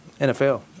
NFL